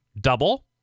Double